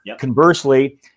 Conversely